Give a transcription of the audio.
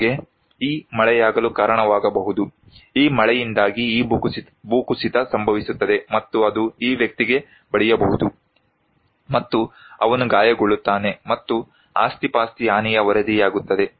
ಹಾಗೆ ಈ ಮಳೆಯಾಗಲು ಕಾರಣವಾಗಬಹುದು ಈ ಮಳೆಯಿಂದಾಗಿ ಈ ಭೂಕುಸಿತ ಸಂಭವಿಸುತ್ತದೆ ಮತ್ತು ಅದು ಈ ವ್ಯಕ್ತಿಗೆ ಬಡಿಯಬಹುದು ಮತ್ತು ಅವನು ಗಾಯಗೊಳ್ಳುತ್ತಾನೆ ಮತ್ತು ಆಸ್ತಿಪಾಸ್ತಿ ಹಾನಿಯ ವರದಿಯಾಗುತ್ತದೆ